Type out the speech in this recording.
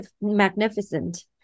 magnificent